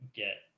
get